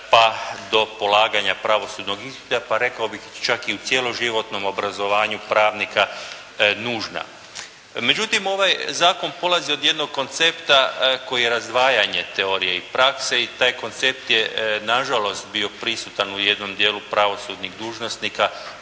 pa do polaganja pravosudnog ispita, pa rekao bih čak i u cjeloživotnom obrazovanju pravnika nužna. Međutim, ovaj zakon polazi od jednog koncepta koji je razdvajanje teorije i prakse i taj koncept je nažalost bio prisutan u jednom dijelu pravosudnih dužnosnika,